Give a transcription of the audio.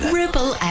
ripple